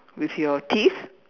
with your teeth